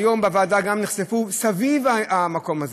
היום בוועדה נחשפו סביב המקום הזה,